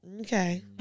Okay